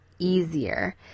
Easier